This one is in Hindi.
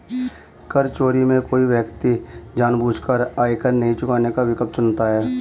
कर चोरी में कोई व्यक्ति जानबूझकर आयकर नहीं चुकाने का विकल्प चुनता है